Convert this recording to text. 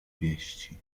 wieści